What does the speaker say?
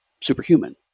superhuman